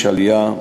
יש עלייה,